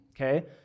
okay